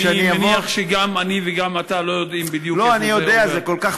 אני מניח שגם אני וגם אתה לא יודעים בדיוק איפה זה עובר.